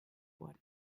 wurden